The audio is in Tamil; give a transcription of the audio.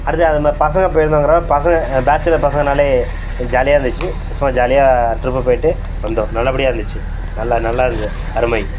அடுத்து அது மாதிரி பசங்க போயிருந்தோங்கிறனால் பசங்க பேச்சுலர் பசங்கனாலே ஜாலியாக இருந்துச்சு சும்மா ஜாலியாக ட்ரிப்பு போயிட்டு வந்தோம் நல்லபடியாக இருந்துச்சு நல்லா நல்லா இருந்தது அருமை